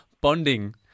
Bonding